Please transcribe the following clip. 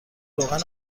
روغن